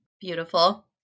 Beautiful